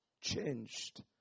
changed